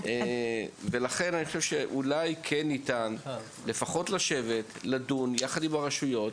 אולי אפשר לפחות לשבת עם הרשויות